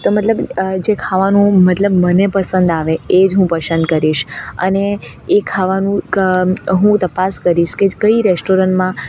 તો મતલબ જે ખાવાનું મતલબ મને પસંદ આવે એ જ હું પસંદ કરીશ અને અને એ ખાવાનું હું તપાસ કરીશ કે કઈ રેસ્ટોરન્ટમાં